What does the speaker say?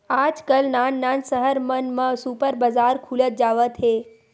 आजकाल नान नान सहर मन म सुपर बजार खुलत जावत हे